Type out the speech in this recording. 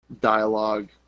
dialogue